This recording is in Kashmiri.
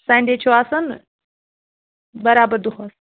سَنٛڈے چھُ آسان بَرابَر دۄہَس